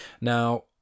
now